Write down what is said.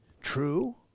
true